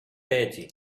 batty